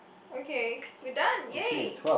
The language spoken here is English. okay we're done yay